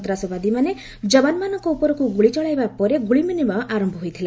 ସନ୍ତାସବାଦୀମାନେ ଜବାନମାନଙ୍କ ଉପରକୁ ଗୁଳି ଚଳାଇବା ପରେ ଗୁଳିବିନିମୟ ଆରମ୍ଭ ହୋଇଥିଲା